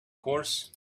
course